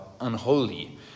unholy